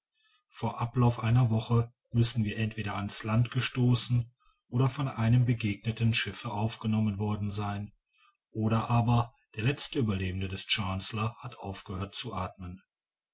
vor ablauf einer woche müssen wir entweder an's land gestoßen oder von einem begegnenden schiffe aufgenommen worden sein oder aber der letzte ueberlebende des chancellor hat aufgehört zu athmen